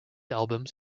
albums